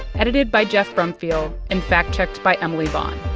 edited by geoff brumfiel and fact-checked by emily vaughn.